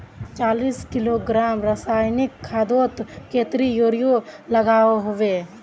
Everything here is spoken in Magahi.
चालीस किलोग्राम रासायनिक खादोत कतेरी यूरिया लागोहो होबे?